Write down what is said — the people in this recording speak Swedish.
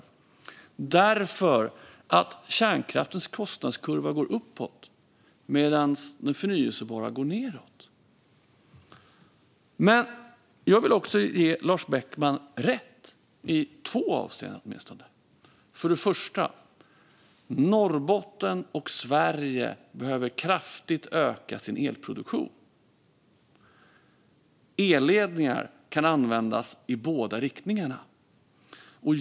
Jo, därför att kärnkraftens kostnadskurva går uppåt, medan det förnybaras går nedåt. Jag vill också ge Lars Beckman rätt i åtminstone två avseenden. För det första behöver Norrbotten och Sverige kraftigt öka sin elproduktion. För det andra kan elledningar användas i båda riktningarna.